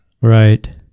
right